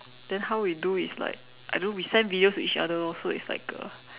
then how we do is like I don't know we send video to each other lor so it's like a